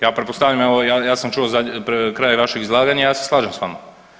Ja pretpostavljam, evo ja sam čuo pred kraj vašeg izlaganja ja se slažem s vama.